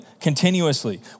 continuously